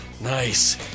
Nice